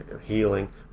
healing